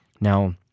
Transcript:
Now